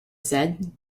said